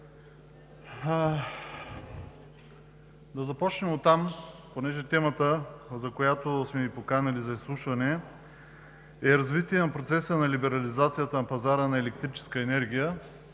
Да започнем оттам, понеже темата, за която сме Ви поканили за изслушване, е „Развитие на процеса на либерализация на пазара на електрическа енергия“,